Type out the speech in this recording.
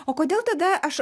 o kodėl tada aš